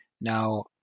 Now